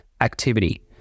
activity